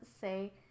say